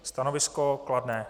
Stanovisko kladné.